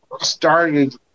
started